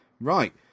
Right